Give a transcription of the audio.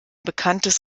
bekanntes